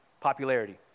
popularity